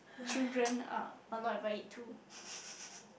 children are are not even it too